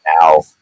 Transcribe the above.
now